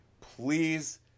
please